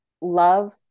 love